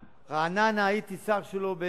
רעננה, הייתי שר שלו,